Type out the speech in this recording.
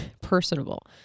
personable